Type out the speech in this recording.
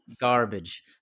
Garbage